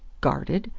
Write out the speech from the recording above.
guarded?